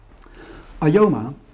Ayoma